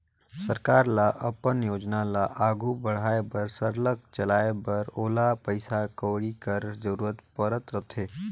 सरकार ल अपन योजना ल आघु बढ़ाए बर सरलग चलाए बर ओला पइसा कउड़ी कर जरूरत परत रहथे